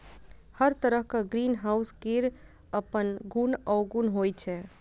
हर तरहक ग्रीनहाउस केर अपन गुण अवगुण होइ छै